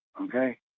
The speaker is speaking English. okay